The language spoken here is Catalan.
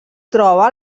troba